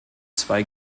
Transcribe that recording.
zwei